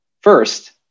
First